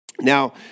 Now